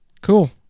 Cool